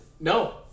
No